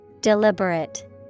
Deliberate